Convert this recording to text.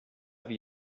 wie